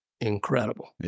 incredible